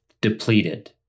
depleted